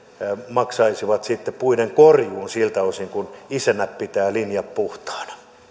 maksaisivat sitten puiden korjuun siltä osin kuin isännät pitävät linjat puhtaina